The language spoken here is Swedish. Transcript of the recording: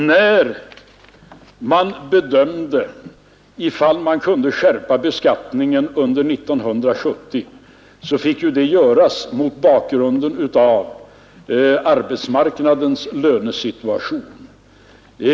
När man bedömde ifall man skulle skärpa beskattningen under 1970, fick det göras mot bakgrunden av arbetsmarknadens lönesituation.